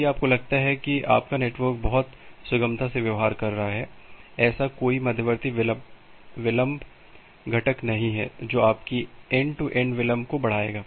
यदि आपको लगता है कि आपका नेटवर्क बहुत सुगमता से व्यवहार कर रहा है ऐसा कोई मध्यवर्ती विलंब घटक नहीं है जो आपकी एन्ड टू एन्ड विलम्ब को बढ़ाएगा